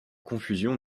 confusion